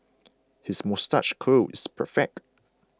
his moustache curl is perfect